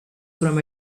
from